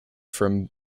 from